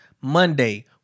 Monday